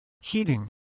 Heating